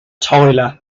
tyler